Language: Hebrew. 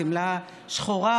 שמלה שחורה,